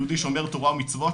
יהודי שומר תורה ומצוות,